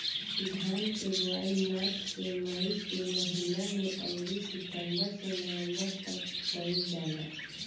धान के बोआई मार्च से मई के महीना में अउरी सितंबर से नवंबर तकले कईल जाला